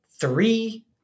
three